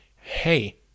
hey